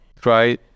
try